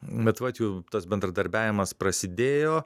bet vat jau tas bendradarbiavimas prasidėjo